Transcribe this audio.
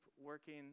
working